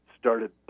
started